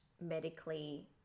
medically